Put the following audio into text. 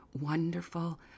wonderful